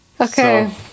Okay